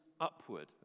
upward